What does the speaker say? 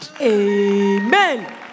Amen